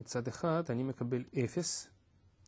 מצד אחד אני מקבל 0,